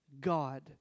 God